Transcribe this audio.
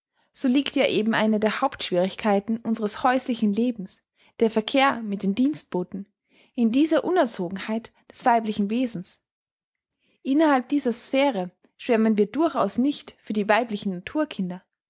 so liegt ja eben eine der hauptschwierigkeiten unseres häuslichen lebens der verkehr mit den dienstboten in dieser unerzogenheit des weiblichen wesens innerhalb dieser sphäre schwärmen wir durchaus nicht für die weiblichen naturkinder